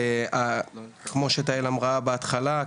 כמו שתהל אמרה בהתחלה,